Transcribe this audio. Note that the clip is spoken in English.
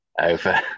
over